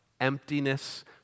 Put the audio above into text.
emptiness